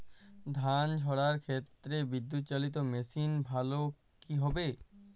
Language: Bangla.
ধান ঝারার ক্ষেত্রে বিদুৎচালীত মেশিন ভালো কি হবে?